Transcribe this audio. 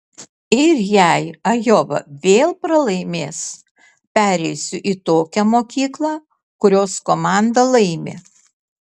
ir jei ajova vėl pralaimės pereisiu į tokią mokyklą kurios komanda laimi